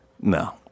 No